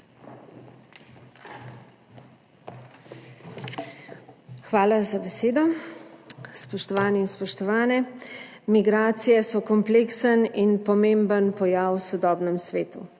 Hvala za besedo. Spoštovani in spoštovane. Migracije so kompleksen in pomemben pojav v sodobnem svetu.